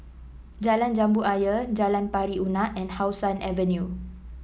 Jalan Jambu Ayer Jalan Pari Unak and How Sun Avenue